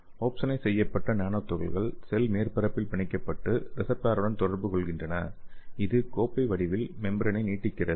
opsonise செய்யப்பட்ட nano துகள்கள் cell மேற்பரப்பில் பிணைக்கப்பட்டு ரிசப்டாருடன் தொடர்பு கொள்கின்றன இது கோப்பை வடிவில் மெம்ப்ரேனை நீட்டிக்கிறது